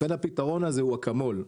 לכן הפתרון הזה הוא כמו אקמול.